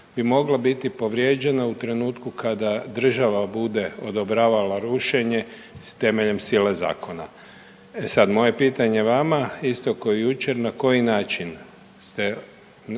bi mogla biti povrijeđena u trenutku kada država bude odobravala rušenje s temeljem sile zakona. E sad, moje pitanje vama isto ko i jučer, na koji način ste